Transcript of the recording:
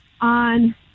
on